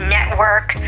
Network